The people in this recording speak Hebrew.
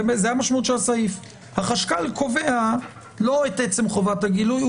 זו משמעות הסעיף הוא קובע לא את עצם חובת הגילוי.